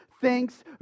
thanks